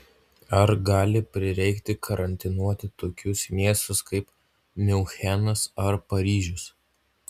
ar gali prireikti karantinuoti tokius miestus kaip miunchenas ar paryžius